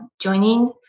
joining